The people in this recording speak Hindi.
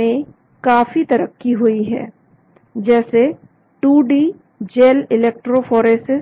में काफी तरक्की हुई है जैसे 2D जेल इलेक्ट्रोफॉरेसिस